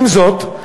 עם זאת,